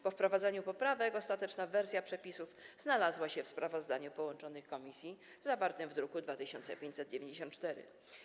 Po wprowadzeniu poprawek ostateczna wersja przepisów znalazła się w sprawozdaniu połączonych komisji zawartym w druku nr 2594.